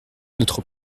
notre